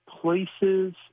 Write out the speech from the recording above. places